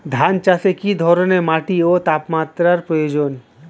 ধান চাষে কী ধরনের মাটি ও তাপমাত্রার প্রয়োজন?